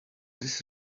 this